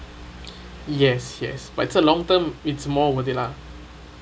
yes yes but it's a long term it's more worth it lah